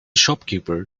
shopkeeper